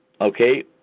Okay